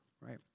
right